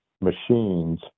machines